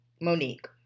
Monique